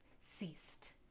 ceased